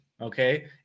Okay